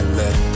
let